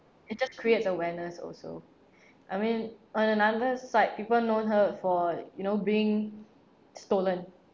it just creates awareness also I mean on another side people known her for you know being stolen